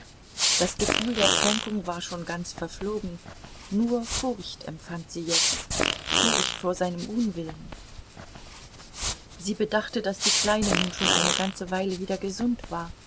das gefühl der kränkung war schon ganz verflogen nur furcht empfand sie jetzt furcht vor sei nem unwillen sie bedachte daß die kleine nun schon eine ganze weile wieder gesund war